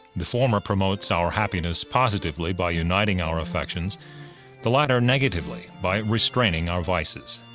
the former promotes our happiness positively by uniting our affections the latter negatively by restraining our vices.